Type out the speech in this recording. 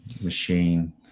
machine